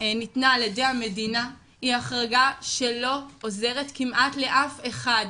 ניתנה על ידי המדינה היא החרגה שלא עוזרת כמעט לאף אחד.